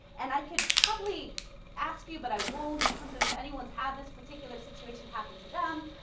and i could probably ask you, but i won't, in terms if anyone's had this particular situation happen to them.